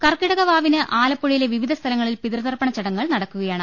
കർക്കിടക വാവിന് ആലപ്പുഴയിലെ വിവിധ സ്ഥലങ്ങളിൽ പിതൃതർപ്പണ ചടങ്ങുകൾ നടക്കുകയാണ്